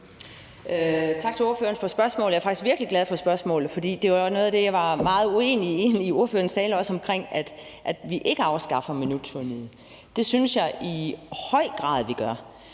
Tak til ordføreren for spørgsmålet. Jeg er faktisk virkelig glad for spørgsmålet, for det var noget af det, jeg egentlig var meget uenig i i det, ordføreren sagde i sin tale, nemlig at vi ikke afskaffer minuttyranniet. Det synes jeg i høj grad at vi gør.